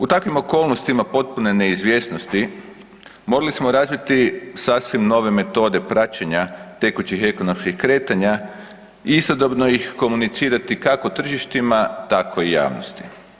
U takvim okolnostima potpune neizvjesnosti, mogli smo razviti sasvim nove metode praćenja tekućih ekonomskih kretanja i istodobno ih komunicirati kako tržištima, tako i javnosti.